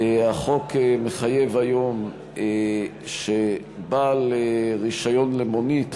היום החוק מחייב שבעל רישיון למונית